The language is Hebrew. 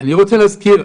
אני רוצה להזכיר,